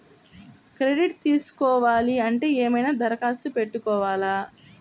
Credit తీసుకోవాలి అంటే ఏమైనా దరఖాస్తు పెట్టుకోవాలా?